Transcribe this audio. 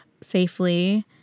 safely